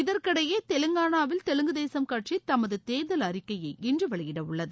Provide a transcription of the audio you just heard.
இதற்கிடையே தெலங்கானாவில் தெலுங்கு தேசம் கட்சி தமது தேர்தல் அறிக்கையை இன்று வெளியிடவுள்ளது